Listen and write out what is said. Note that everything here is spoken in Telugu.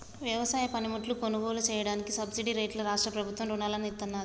వ్యవసాయ పనిముట్లు కొనుగోలు చెయ్యడానికి సబ్సిడీ రేట్లలో రాష్ట్ర ప్రభుత్వం రుణాలను ఇత్తన్నాది